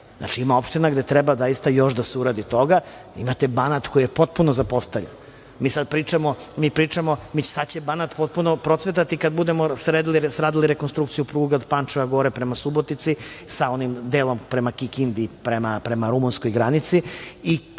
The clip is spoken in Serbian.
Znači, ima opština gde treba zaista još da se uradi toga. Imate Banat, koji je potpuno zapostavljen. Mi pričamo, sada će Banat potpuno procvetati kada budemo radili rekonstrukciju pruge od Pančeva gore prema Subotici, sa onim delom prema Kikindi i prema rumunskoj granici